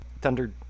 thunder